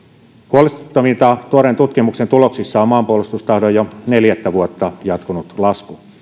huolestuttavinta tuoreen tutkimuksen tuloksissa on maanpuolustustahdon jo neljättä vuotta jatkunut lasku